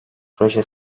proje